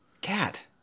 Cat